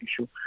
issue